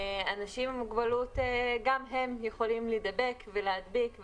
אנשים עם מוגבלות, גם יכולים להידבק ולהדביק.